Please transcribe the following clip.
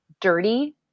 dirty